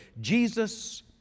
Jesus